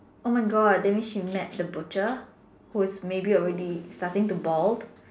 oh my God that means she met the butcher who is maybe already starting to bald